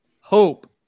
hope